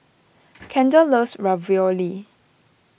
Kendall loves Ravioli